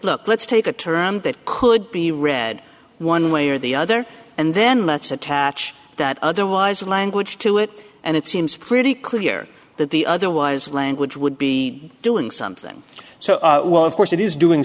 look let's take a term that could be read one way or the other and then let's attach that otherwise language to it and it seems pretty clear that the otherwise language would be doing something so of course it is doing